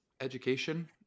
education